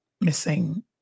missing